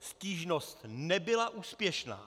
Stížnost nebyla úspěšná.